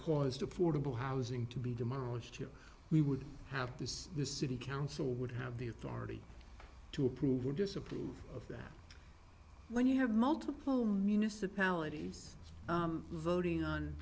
caused affordable housing to be demolished here we would have this the city council would have the authority to approve or disapprove of that when you have multiple municipalities